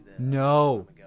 No